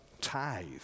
tithe